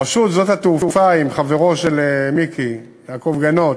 רשות שדות התעופה עם חברו של מיקי יעקב גנות,